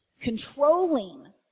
controlling